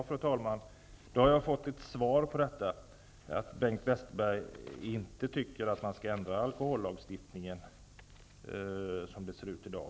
Fru talman! Då har jag fått ett svar, att Bengt Westerberg inte tycker att man skall ändra alkollagstiftningen, som det ser ut i dag.